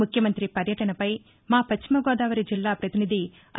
ముఖ్యమంతి పర్యటనపై మా పశ్చిమ గోదావరి జిల్లా పతినిధి ఐ